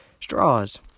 straws